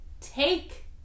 take